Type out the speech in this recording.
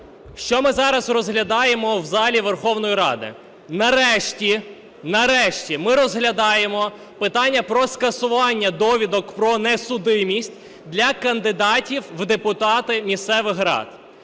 Що ми зараз розглядаємо в залі Верховної Ради? Нарешті, нарешті, ми розглядаємо питання про скасування довідок про несудимість для кандидатів в депутати місцевих рад.